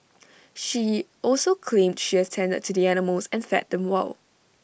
she also claimed she attended to the animals and fed them well